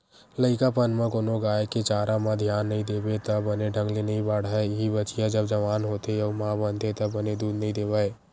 लइकापन म कोनो गाय के चारा म धियान नइ देबे त बने ढंग ले नइ बाड़हय, इहीं बछिया जब जवान होथे अउ माँ बनथे त बने दूद नइ देवय